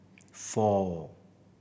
four